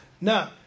Now